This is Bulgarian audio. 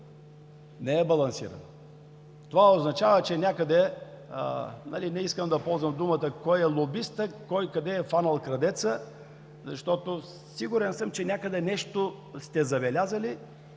не е балансирано. Това означава, че някъде, не искам да ползвам думата – кой е лобистът, кой, къде е хванал крадеца, защото сигурен съм, че някъде нещо сте забелязали